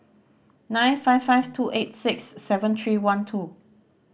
nine five five two eight six seven three one two